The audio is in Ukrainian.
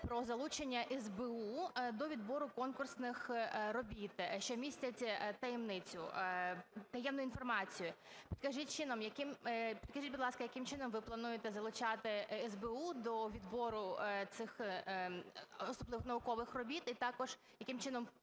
про залучення СБУ до відбору конкурсних робіт, що містять таємницю, таємну інформацію. Підкажіть, будь ласка, яким чином ви плануєте залучати СБУ до відбору цих особливих наукових робіт, і також яким чином